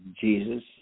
Jesus